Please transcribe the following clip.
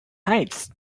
heights